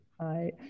hi